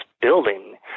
building